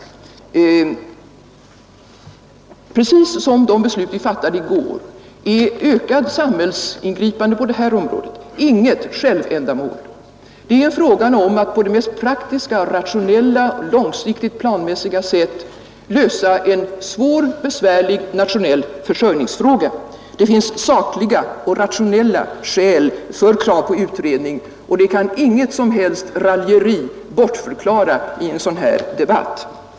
Precis som i det ärende vi behandlade i går är ett ökat samhällsingripande på det här området inget självändamål. Det är fråga om att på det mest praktiska, rationella, långsiktigt planmässiga sätt lösa en svår och besvärlig nationell försörjningsfråga. Det finns sakliga och rationella skäl för krav på utredning, och det kan inget som helst raljeri i en sådan här debatt bortförklara.